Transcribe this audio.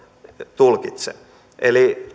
tulkitsen eli